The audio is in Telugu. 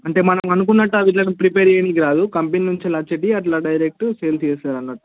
అంటే మనం అనుకున్నట్టు ఆ విధంగా ప్రిపేర్ చెయ్యడానికి రాదు కంపెనీ నుంచి వచ్చేది అట్లా డైరెక్ట్ సేల్కి చేస్తారన్నమాట